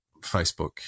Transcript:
Facebook